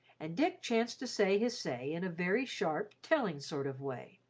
and dick chanced to say his say in a very sharp, telling sort of way.